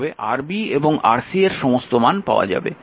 একইভাবে Rb এবং Rc এর সমস্ত মান পাওয়া যাবে